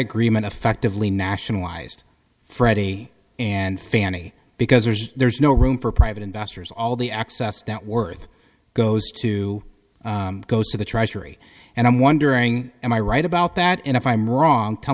agreement effectively nationalized freddie and fannie because there's there's no room for private investors all the access that worth goes to goes to the treasury and i'm wondering am i right about that and if i'm wrong tell